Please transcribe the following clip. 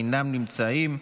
אינם נמצאים.